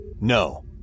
no